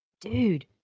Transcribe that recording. dude